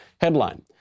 Headline